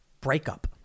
breakup